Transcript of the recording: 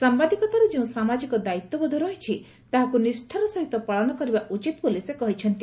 ସାମ୍ଭାଦିକତାର ଯେଉଁ ସାମାଜିକ ଦାୟିତ୍ୱବୋଧ ରହିଛି ତାହାକୁ ନିଷ୍ଠାର ସହିତ ପାଳନ କରିବା ଉଚିତ ବୋଲି ସେ କହିଛନ୍ତି